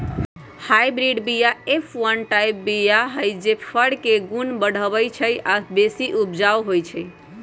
hybrid बीया F one type बीया हई जे फर के गुण बढ़बइ छइ आ बेशी उपजाउ होइ छइ